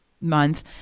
month